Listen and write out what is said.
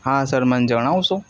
હા સર મન જણાવશો